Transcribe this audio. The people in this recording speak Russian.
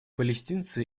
палестинцы